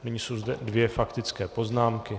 Nyní jsou zde dvě faktické poznámky.